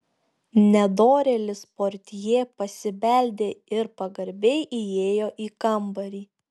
nedorėlis portjė pasibeldė ir pagarbiai įėjo į kambarį